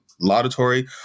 laudatory